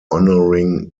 honoring